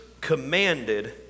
commanded